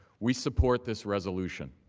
we support this resolution.